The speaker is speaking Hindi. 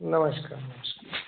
नमस्कार नमस्कार